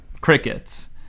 crickets